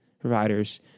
providers